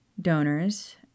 donors